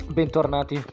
bentornati